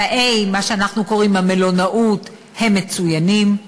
תנאי המלונאות הם מצוינים.